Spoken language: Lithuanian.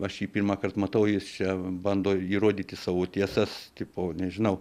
aš jį pirmąkart matau jis čia bando įrodyti savo tiesas tipo nežinau